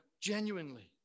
genuinely